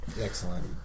Excellent